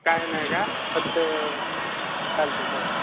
का नाही का फक्त चालते चालते